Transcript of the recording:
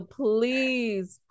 please